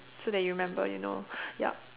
so that you'll remember you know yup